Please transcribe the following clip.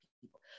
people